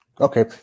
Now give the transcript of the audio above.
Okay